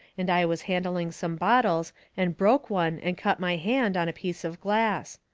and i was handling some bottles and broke one and cut my hand on a piece of glass.